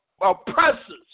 oppressors